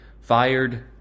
fired